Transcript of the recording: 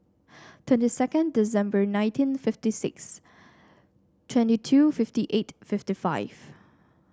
twenty second December nineteen fifty six twenty two fifty eight fifty five